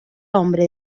hombre